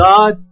God